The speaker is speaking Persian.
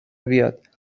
بیاد